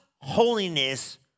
holiness